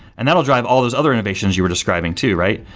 and that'll drive all those other innovations you were describing too, right?